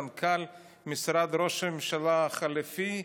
מנכ"ל משרד ראש הממשלה החליפי,